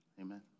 Amen